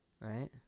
Right